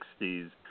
60s